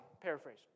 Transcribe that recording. paraphrase